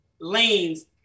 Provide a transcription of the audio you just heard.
lanes